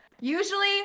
Usually